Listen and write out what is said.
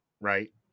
right